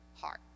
heart